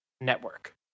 network